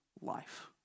life